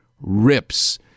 rips